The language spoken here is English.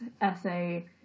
essay